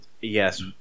Yes